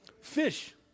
Fish